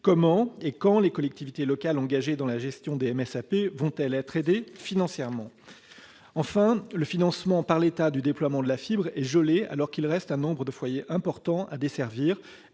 Comment et quand les collectivités locales engagées dans la gestion des MSAP vont-elles être aidées financièrement ? Enfin, le financement par l'État du déploiement de la fibre est gelé, alors qu'il reste un nombre de foyers important à desservir.